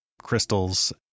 crystals